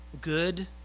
good